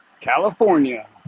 California